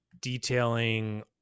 detailing